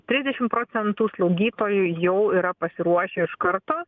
trisdešimt procentų slaugytojų jau yra pasiruošę iš karto